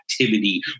activity